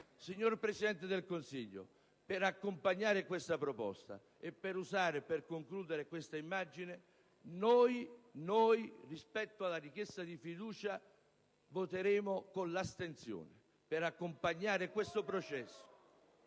Signor Presidente del Consiglio, per accompagnare questa proposta e per concludere questa immagine, noi, rispetto alla richiesta di fiducia, voteremo con l'astensione, per accompagnare questo processo.